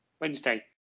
Wednesday